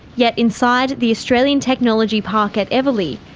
yet inside the australian technology park at eveleigh,